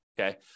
okay